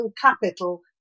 capital